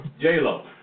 J-Lo